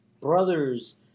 brothers